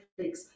Netflix